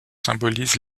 symbolise